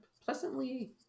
pleasantly